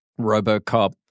Robocop